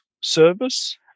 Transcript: service